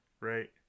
Right